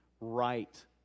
right